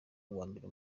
uwambere